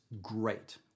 great